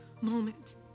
moment